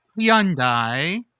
Hyundai